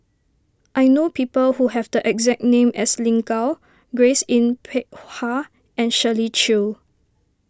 I know people who have the exact name as Lin Gao Grace Yin Peck Ha and Shirley Chew